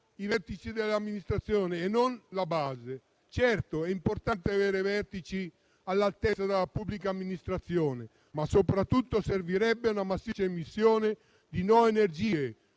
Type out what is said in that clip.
i vertici dell'amministrazione e non la base. Certo, è importante avere vertici all'altezza della pubblica amministrazione, ma soprattutto servirebbe una massiccia immissione di nuove energie,